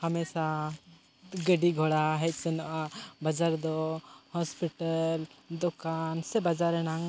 ᱦᱟᱢᱮᱥᱟ ᱜᱟᱹᱰᱤᱼᱜᱷᱚᱲᱟ ᱦᱮᱡ ᱥᱮᱱᱚᱜᱼᱟ ᱵᱟᱡᱟᱨ ᱨᱮᱫᱚ ᱫᱚᱠᱟᱱ ᱥᱮ ᱵᱟᱡᱟᱨ ᱨᱮᱱᱟᱜ